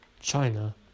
China